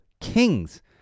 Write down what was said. Kings